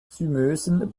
zymösen